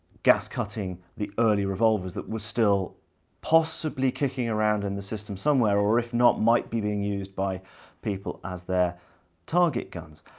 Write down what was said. gas cutting the early revolvers that were still possibly kicking around in the system somewhere, or if not, might be being used by people as their target guns.